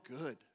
good